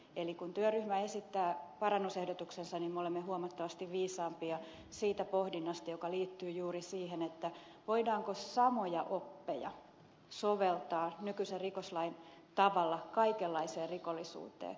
eli kun työryhmä esittää parannusehdotuksensa niin me olemme huomattavasti viisaampia siitä pohdinnasta joka liittyy juuri siihen voidaanko samoja oppeja soveltaa nykyisen rikoslain tavalla kaikenlaiseen rikollisuuteen